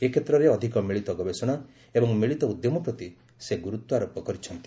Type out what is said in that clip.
ଏ କ୍ଷେତ୍ରରେ ଅଧିକ ମିଳିତ ଗବେଷଣା ଏବଂ ମିଳିତ ଉଦ୍ୟମ ପ୍ରତି ସେ ଗୁରୁତ୍ୱାରୋପ କରିଚ୍ଛନ୍ତି